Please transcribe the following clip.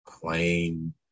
plain